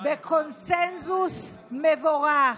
בקונסנזוס מבורך,